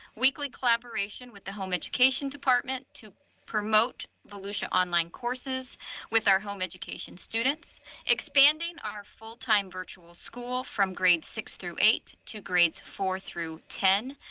weekly collaboration with the home education department to promote the volusia online courses with our home education students expanding our full time virtual school from grade six through eight to grades four through ten,